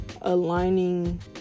aligning